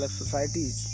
societies